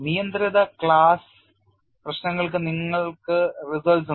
നിയന്ത്രിത ക്ലാസ് പ്രശ്നങ്ങൾക്ക് നിങ്ങൾക്ക് results ഉണ്ട്